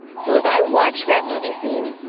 so as i watched that movie scene,